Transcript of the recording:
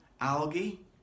algae